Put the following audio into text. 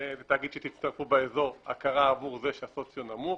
זה תאגיד שתצטרכו באזור הכרה עבור זה שהסוציו נמוך.